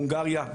הונגריה,